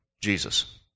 Jesus